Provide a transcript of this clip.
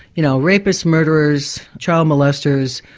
you know, rapists, murderers, child molesters,